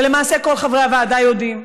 ולמעשה כל חברי הוועדה יודעים,